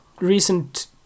recent